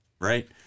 right